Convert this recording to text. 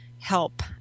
help